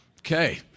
Okay